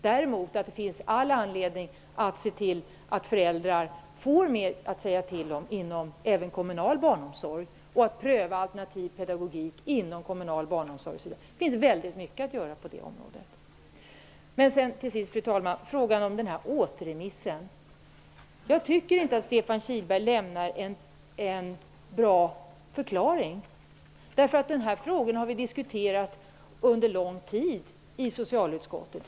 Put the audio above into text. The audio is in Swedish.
Däremot finns det all anledning att se till att föräldrar får mer att säga till om även inom den kommunala barnomsorgen och att man får möjlighet att där pröva alternativ pedagogik. Det finns mycket att göra på det området. Till sist, fru talman, vill jag ta upp frågan om återremissen. Jag tycker inte att Stefan Kihlberg lämnar en bra förklaring. Denna fråga har vi nämligen diskuterat under en lång tid i socialutskottet.